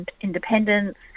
independence